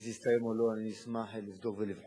אם זה יסתיים או לא, אני אשמח לבדוק ולבחון.